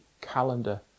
calendar